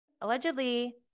allegedly